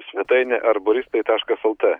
svetainę erboristai taškas lt